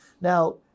Now